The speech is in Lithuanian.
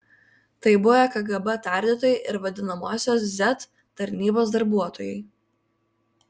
tai buvę kgb tardytojai ir vadinamosios z tarnybos darbuotojai